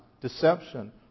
deception